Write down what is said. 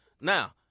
Now